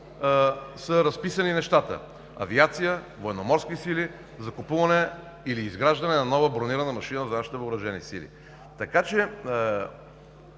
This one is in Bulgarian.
са разписани нещата: авиация, Военноморски сили, закупуване или изграждане на нова бронирана машина за нашите въоръжени сили. Напълно